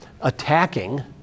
attacking